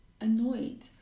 annoyed